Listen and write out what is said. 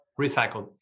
recycled